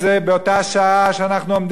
אלפי ילדים יושבים בקרוונים,